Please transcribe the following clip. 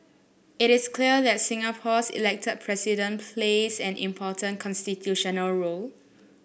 it is clear that Singapore's elect President plays an important constitutional role